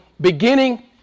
beginning